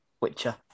witcher